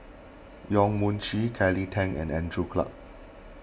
Yong Mun Chee Kelly Tang and Andrew Clarke